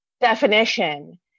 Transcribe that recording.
definition